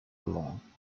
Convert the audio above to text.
along